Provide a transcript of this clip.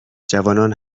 جوانان